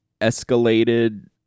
escalated